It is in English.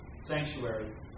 sanctuary